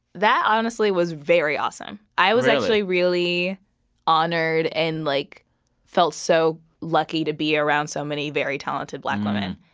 that honestly was very awesome. i was actually really honored and like felt so lucky to be around so many very talented black women.